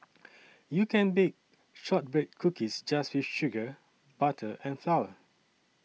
you can bake Shortbread Cookies just with sugar butter and flour